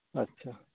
ᱟᱪᱪᱷᱟ